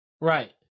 Right